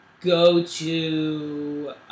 go-to